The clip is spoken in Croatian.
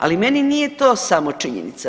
Ali meni nije to samo činjenica.